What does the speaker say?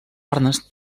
arnes